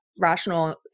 rational